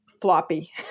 floppy